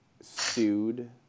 sued